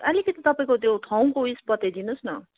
अलिकती तपाईँको त्यो ठाउँको उइस बताइदिनुहोस् न